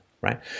right